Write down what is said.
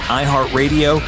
iHeartRadio